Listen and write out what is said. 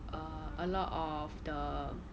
err a lot of the